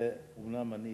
אומנם אני